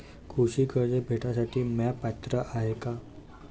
कृषी कर्ज भेटासाठी म्या पात्र हाय का?